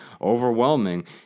overwhelming